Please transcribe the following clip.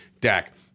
Dak